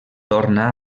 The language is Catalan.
torna